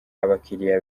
abakiriya